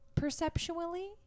perceptually